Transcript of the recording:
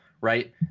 right